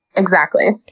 exactly.